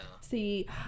see